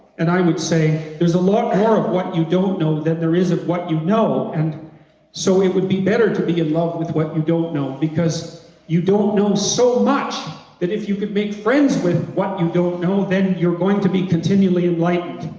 and i would say there's a lot more of what you don't know than there is of what you know and so it would be better to be in love with what you don't know because you don't know so much that if you can make friends with what you don't know, then you're going to be continually enlightened.